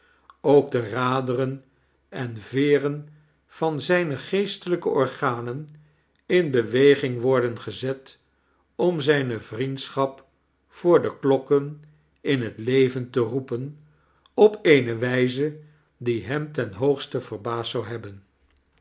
ook de raderen en veren van zijne gee-stelijke organen in beweging worden gezett om zijne vriendschap voor de klokken in het leven te roepea op eeae wijze die hem ten hoogste verbaasd zon hebben